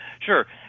Sure